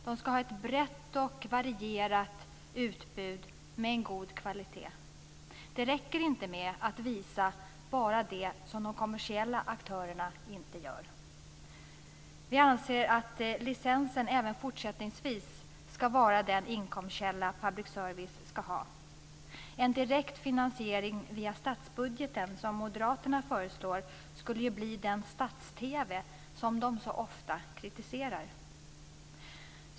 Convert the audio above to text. Det ska vara ett brett och varierat utbud med en god kvalitet. Det räcker inte med att visa bara det som de kommersiella aktörerna inte gör. Vi anser att licensen även fortsättningsvis ska vara den inkomstkälla som public service ska ha. En direkt finansiering via statsbudgeten, som moderaterna föreslår, skulle ju bli den stats-TV som de så ofta kritiserar.